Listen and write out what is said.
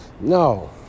no